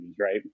right